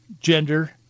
gender